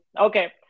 okay